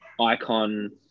icon